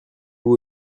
vous